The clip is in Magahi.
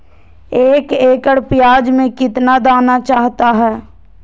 एक एकड़ प्याज में कितना दाना चाहता है?